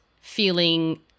feeling